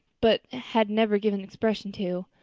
but had never given expression to.